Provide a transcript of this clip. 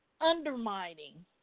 undermining